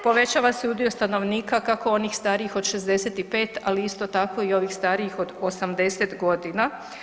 Povećava se udio stanovnika kako onih starijih od 65, ali isto tako i ovih starijih od 80 godina.